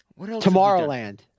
Tomorrowland